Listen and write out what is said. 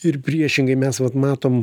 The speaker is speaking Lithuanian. ir priešingai mes vat matom